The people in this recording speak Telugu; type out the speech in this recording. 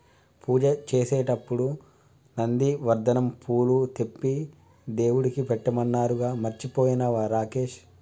పూజ చేసేటప్పుడు నందివర్ధనం పూలు తెంపి దేవుడికి పెట్టమన్నానుగా మర్చిపోయినవా రాకేష్